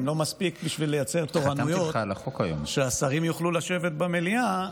אם זה לא מספיק בשביל לייצר תורנויות שהשרים יוכלו לשבת במליאה,